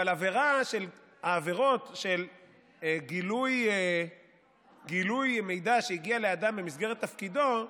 אבל עבירות של גילוי מידע שהגיע לאדם במסגרת תפקידו,